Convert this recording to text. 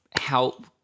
Help